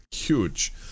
Huge